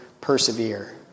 persevere